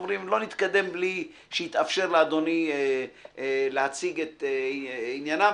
לא נתקדם בלי שיתאפשר לאדוני להציג את ענייניו.